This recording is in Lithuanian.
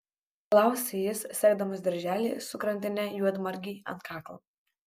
klausia jis segdamas dirželį su grandine juodmargei ant kaklo